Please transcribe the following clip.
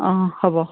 অঁ হ'ব